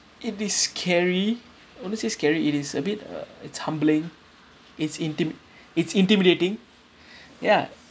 it is scary honestly scary it is a bit uh it's humbling it's intimi~ it's intimidating ya